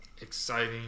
exciting